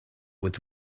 with